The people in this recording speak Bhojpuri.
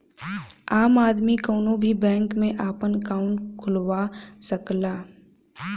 आम आदमी कउनो भी बैंक में आपन अंकाउट खुलवा सकला